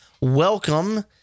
Welcome